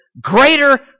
greater